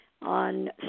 On